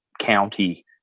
county